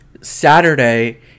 Saturday